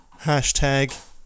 Hashtag